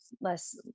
less